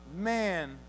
Man